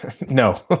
no